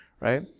right